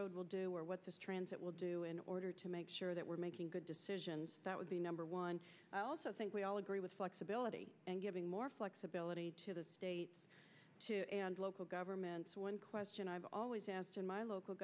roads will do or what the transit will do in order to make sure that we're making good decisions that would be number one i also think we all agree with flexibility and giving more flexibility to the state and local governments one question i've always asked in my local